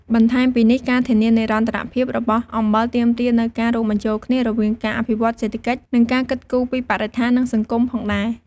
បន្ថែមពីនេះ ការធានានិរន្តរភាពរបស់អំបិលទាមទារនូវការរួមបញ្ចូលគ្នារវាងការអភិវឌ្ឍន៍សេដ្ឋកិច្ច និងការគិតគូរពីបរិស្ថាន និងសង្គមផងដែរ។